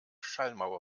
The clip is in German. schallmauer